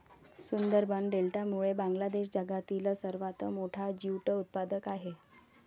सुंदरबन डेल्टामुळे बांगलादेश जगातील सर्वात मोठा ज्यूट उत्पादक आहे